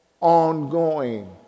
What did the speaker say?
ongoing